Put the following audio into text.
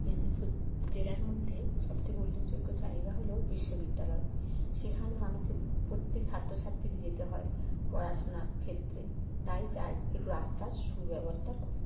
মেদিনীপুর জেলার মধ্যে সবথেকে উল্লেখযোগ্য জায়গা হল বিশ্ববিদ্যালয় সেখানে মানুষের প্রত্যেক ছাত্রছাত্রীদেরকে যেতে হয় পড়াশুনার ক্ষেত্রে তাই চাই একটু রাস্তার সুব্যবস্থা করুন